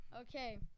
Okay